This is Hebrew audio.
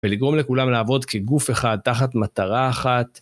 ולגרום לכולם לעבוד כגוף אחד תחת מטרה אחת.